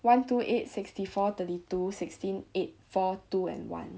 one two eight sixty four thirty two sixteen eight four two and one